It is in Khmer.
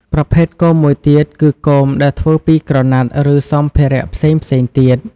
ប្រភេទគោមមួយទៀតគឺគោមដែលធ្វើពីក្រណាត់ ឬសម្ភារៈផ្សេងៗទៀត។